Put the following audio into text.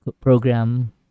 program